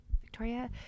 victoria